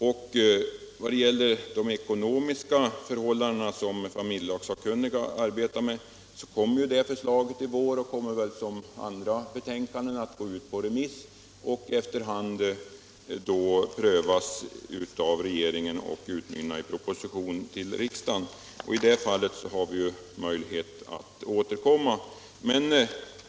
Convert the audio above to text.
I vad gäller de ekonomiska förhållandena, som familjelagsakkunniga arbetar med, kommer förslaget i vår, och det kommer väl som andra betänkanden att gå ut på remiss och prövas av regeringen samt utmynna i proposition till riksdagen. I det fallet har vi ju möjlighet att återkomma till dessa frågor.